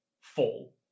fall